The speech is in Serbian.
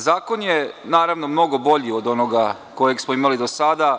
Zakon je mnogo bolji od onog koji smo imali do sada.